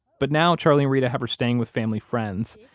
but now charlie and reta have her staying with family friends.